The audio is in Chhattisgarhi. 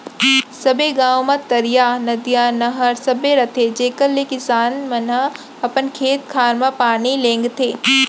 सबे गॉंव म तरिया, नदिया, नहर सबे रथे जेकर ले किसान मन ह अपन खेत खार म पानी लेगथें